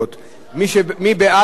מי בעד ההסתייגויות?